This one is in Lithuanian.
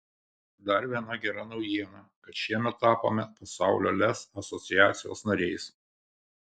dar viena gera naujiena kad šiemet tapome pasaulio lez asociacijos nariais